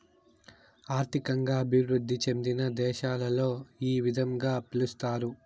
ఆర్థికంగా అభివృద్ధి చెందిన దేశాలలో ఈ విధంగా పిలుస్తారు